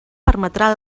permetrà